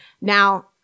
Now